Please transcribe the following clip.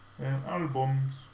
Albums